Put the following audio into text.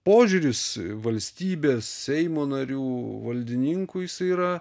požiūris valstybės seimo narių valdininkų jisai yra